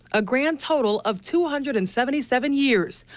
a grand total of two hundred and seventy seven years.